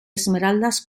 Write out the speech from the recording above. esmeraldas